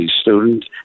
student